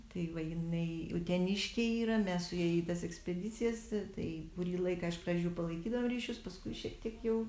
tai va jinai uteniškė yra mes su ja į tas ekspedicijas tai kurį laiką iš pradžių palaikydavom ryšius paskui šiek tiek jau